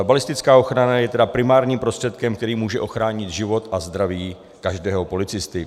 Balistická ochrana je tedy primárním prostředkem, který může ochránit život a zdraví každého policisty.